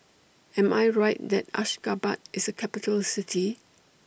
Am I Right that Ashgabat IS A Capital City